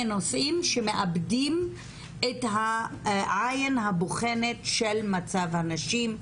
נושאים שמאבדים את העין הבוחנת של מצב הנשים.